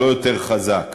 הוא לא יותר חזק.